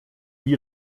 wie